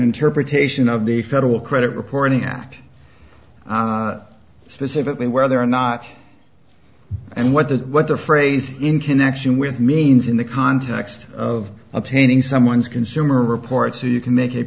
interpretation of the federal credit reporting act specifically whether or not and what the what the phrase in connection with means in the context of obtaining someone's consumer reports you can make